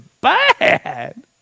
bad